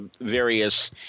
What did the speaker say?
various